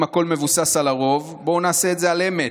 אם הכול מבוסס על הרוב, בואו נעשה את זה על אמת.